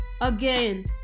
again